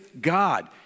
God